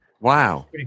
Wow